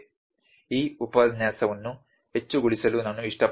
ಈ ಉಪನ್ಯಾಸವನ್ನು ಹೆಚ್ಚುಗೊಳಿಸಲು ನಾನು ಇಷ್ಟಪಡುವುದಿಲ್ಲ